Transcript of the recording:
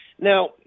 Now